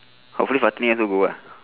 hopefully fatini also go ah